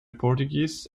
portuguese